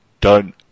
done